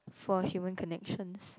for human connections